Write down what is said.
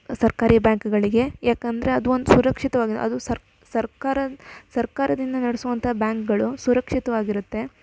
ಸರ್ಕಾರಿ ಬ್ಯಾಂಕ್ಗಳಿಗೆ ಯಾಕೆಂದರೆ ಅದು ಒಂದು ಸುರಕ್ಷಿತವಾಗಿದೆ ಅದು ಸರ್ಕ್ ಸರ್ಕಾರ ಸರ್ಕಾರದಿಂದ ನಡೆಸುವಂತಹ ಬ್ಯಾಂಕ್ಗಳು ಸುರಕ್ಷಿತವಾಗಿರುತ್ತೆ